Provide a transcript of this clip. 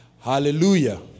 Hallelujah